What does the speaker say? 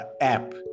app